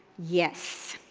yes.